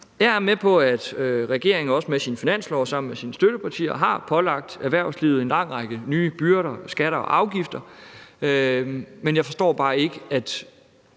Jeg er med på, at regeringen også i sin finanslov og sammen med sine støttepartier har pålagt erhvervslivet en lang række nye byrder, skatter og afgifter, men jeg forstår bare ikke,